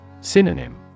synonym